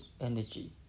energy